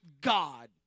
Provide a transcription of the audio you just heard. God